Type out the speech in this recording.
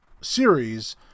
series